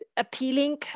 Appealing